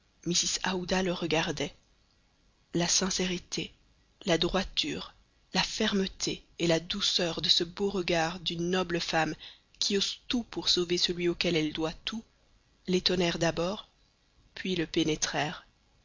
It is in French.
aouda le regardait la sincérité la droiture la fermeté et la douceur de ce beau regard d'une noble femme qui ose tout pour sauver celui auquel elle doit tout l'étonnèrent d'abord puis le